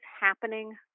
happening